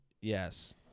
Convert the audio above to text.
Yes